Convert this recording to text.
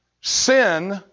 Sin